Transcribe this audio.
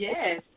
Yes